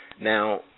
Now